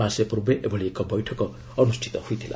ମାସେ ପୂର୍ବେ ଏଭଳି ଏକ ବୈଠକ ଅନୁଷ୍ଠିତ ହୋଇଥିଲା